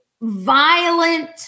violent